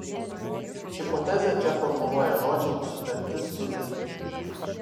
hipotezę čia formuluoja žodžiai sutartis sudaryta